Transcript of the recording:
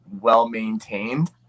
well-maintained